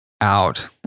out